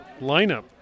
lineup